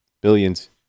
Billions